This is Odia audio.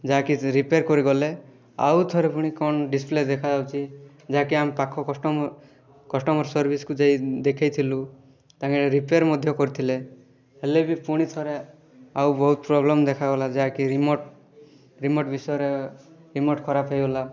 ଯାହାକି ରିପେୟାର କରି ଗଲେ ଆଉ ଥରେ ପୁଣି କ'ଣ ଡିସପ୍ଲେ ଦେଖାଯାଉଛି ଯାହା କି ଆମ ପାଖ କଷ୍ଟମର୍ କଷ୍ଟମର୍ ସର୍ଭିସକୁ ଯାଇ ଦେଖେଇଥିଲୁ ତାଙ୍କେ ରିପେୟାର୍ ମଧ୍ୟ କରିଥିଲେ ହେଲେ ବି ପୁଣି ଥରେ ଆଉ ବହୁତ ପ୍ରୋବ୍ଲେମ୍ ଦେଖାଗଲା ଯାହାକି ରିମୋଟ୍ ରିମୋଟ୍ ବିଷୟରେ ରିମୋଟ୍ ଖରାପ ହେଇଗଲା